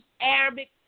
Arabic